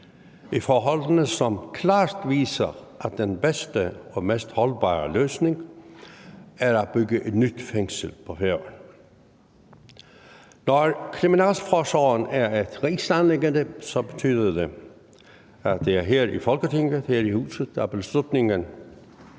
af forholdene, som klart viser, at den bedste og mest holdbare løsning er at bygge et nyt fængsel på Færøerne. Når kriminalforsorgen er et rigsanliggende, betyder det, at det er her i Folketinget, her i huset, at beslutningen